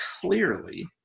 clearly